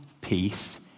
peace